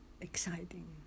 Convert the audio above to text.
exciting